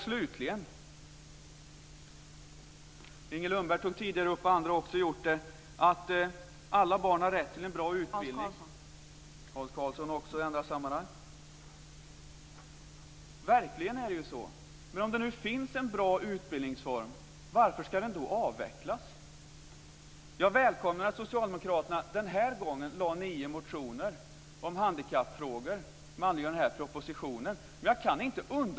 Slutligen till något som Inger Lundberg och andra har tagit upp tidigare.